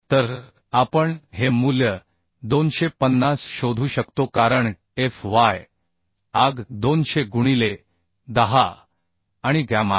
तर आपण हे मूल्य 250 शोधू शकतो कारण FyAg 200 गुणिले 10 आणि गॅमा आहे